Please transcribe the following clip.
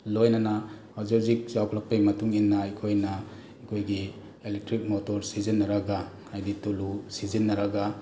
ꯂꯣꯏꯅꯅ ꯍꯧꯖꯤꯛ ꯍꯧꯖꯤꯛ ꯆꯥꯎꯈꯠꯂꯛꯄꯩ ꯃꯇꯨꯡꯏꯟꯅ ꯑꯩꯈꯣꯏꯅ ꯑꯩꯈꯣꯏꯒꯤ ꯏꯂꯦꯛꯇ꯭ꯔꯤꯛ ꯃꯣꯇꯣꯔ ꯁꯤꯖꯟꯅꯔꯒ ꯍꯥꯏꯗꯤ ꯇꯣꯂꯨ ꯁꯤꯖꯟꯅꯔꯒ